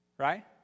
right